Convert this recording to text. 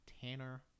Tanner